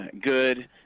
Good